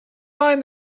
mind